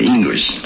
English